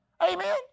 Amen